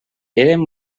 érem